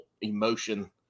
emotion